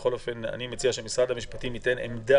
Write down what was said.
בכל אופן, אני מציע שמשרד המשפטים יציג עמדה.